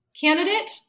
candidate